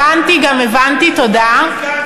אני הבנתי גם הבנתי, תודה.